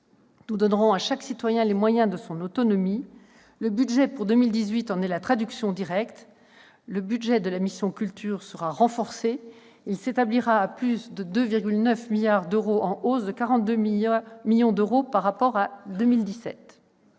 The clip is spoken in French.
Nous donnerons à chaque citoyen les moyens de son autonomie. Le projet de budget pour 2018 en est la traduction directe. Les crédits de la mission « Culture » seront renforcés : ils s'établiront à plus de 2,9 milliards d'euros, en hausse de 42 millions d'euros par rapport à 2017.